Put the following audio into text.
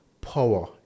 power